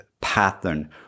pattern